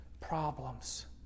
problems